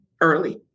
early